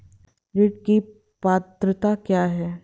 ऋण की पात्रता क्या है?